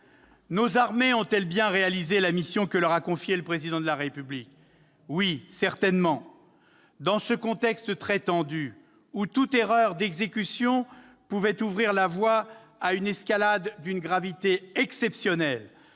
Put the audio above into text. Nos armées ont-elles bien accompli la mission que leur a confiée le Président de la République ? Oui, certainement ! Dans ce contexte très tendu, où toute erreur d'exécution pouvait ouvrir la voie à une escalade d'une gravité exceptionnelle,